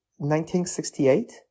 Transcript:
1968